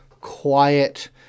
quiet